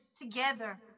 together